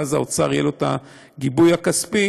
ולאוצר יהיה גיבוי כספי,